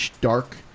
dark